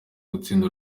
gutsinda